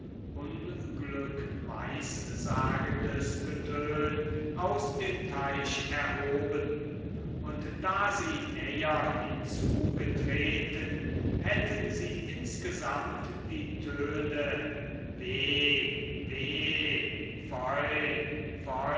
ein dumpfes unglückweissagendes getön aus dem teich erhoben und da sie näher hinzugetreten hätten sie insgesamt die töne weh